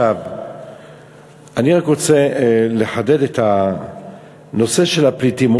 אני רוצה לחדד את הנושא של הפליטים.